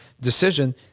decision